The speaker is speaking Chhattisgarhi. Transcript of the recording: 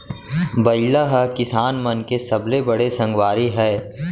बइला ह किसान मन के सबले बड़े संगवारी हय